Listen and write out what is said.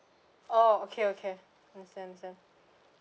oh okay okay understand understand